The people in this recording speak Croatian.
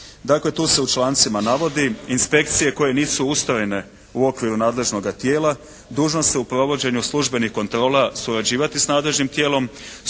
Dakle, tu se u člancima navodi inspekcije koje nisu ustrojene u okviru nadležnoga tijela dužne su u provođenju službenih kontrola surađivati sa nadležnim tijelom,